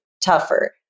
tougher